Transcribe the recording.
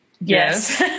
Yes